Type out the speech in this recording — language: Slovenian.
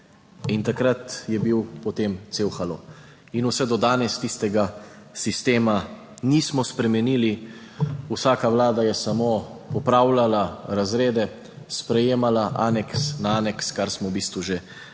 In takrat je bil potem cel halo. In vse do danes tistega sistema nismo spremenili. Vsaka vlada je samo popravljala razrede, sprejemala aneks na aneks, kar smo v bistvu že v